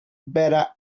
better